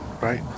Right